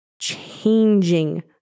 changing